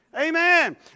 Amen